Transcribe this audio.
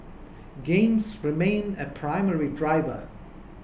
games remain a primary driver